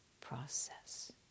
process